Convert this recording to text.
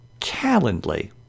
Calendly